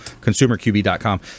consumerqb.com